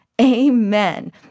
Amen